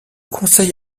conseil